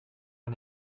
man